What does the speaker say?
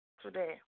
today